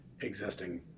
existing